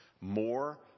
more